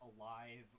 alive